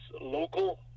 local